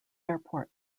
airport